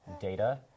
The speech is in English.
data